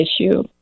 issue